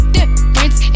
difference